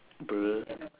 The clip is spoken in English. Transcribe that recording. bruh